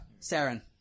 Saren